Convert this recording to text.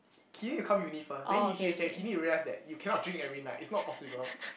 he he need to come uni first then he he he he need to realise that you cannot drink every night it's not possible